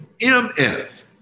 MF